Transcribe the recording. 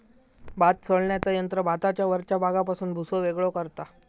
भात सोलण्याचा यंत्र भाताच्या वरच्या भागापासून भुसो वेगळो करता